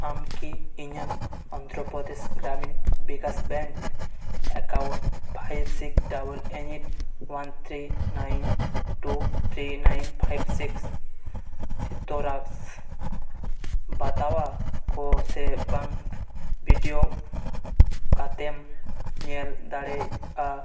ᱟᱢᱠᱤ ᱤᱧᱟᱹᱜ Andhra Pradesh Gramin Vikas bank account five six double eight one three nine two three nine five six ᱥᱤᱛᱨᱟᱥ ᱵᱟᱛᱟᱣᱟ ᱠᱚ ᱥᱮᱵᱟᱝ ᱵᱤᱰᱟᱹᱣ ᱠᱟᱛᱮᱢ ᱧᱮᱞ ᱫᱟᱲᱮᱭᱟᱜᱼᱟ